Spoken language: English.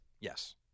Yes